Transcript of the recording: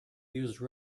use